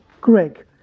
Greg